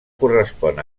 correspon